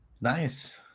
Nice